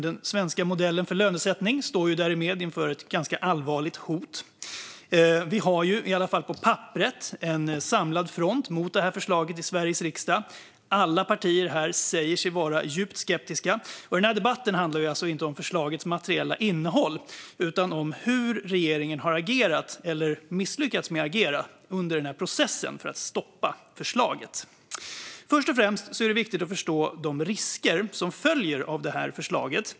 Den svenska modellen för lönesättning står därmed inför ett ganska allvarligt hot. Vi har ju, i alla fall på papperet, en samlad front mot det här förslaget i Sveriges riksdag. Alla partier här säger sig vara djupt skeptiska. Den här debatten handlar alltså inte om förslagets materiella innehåll utan om hur regeringen under processen har agerat, eller misslyckats med att agera, för att stoppa förslaget. Först och främst är det viktigt att förstå de risker som följer av förslaget.